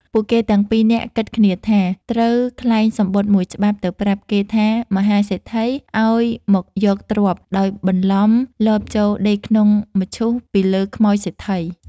ពួកគេទាំងពីរនាក់គិតគ្នាថា ត្រូវក្លែងសំបុត្រ១ច្បាប់ទៅប្រាប់គេថាមហាសេដ្ឋីឱ្យមកយកទ្រព្យដោយបន្លំលបចូលដេកក្នុងមឈូសពីលើខ្មោចសេដ្ឋី។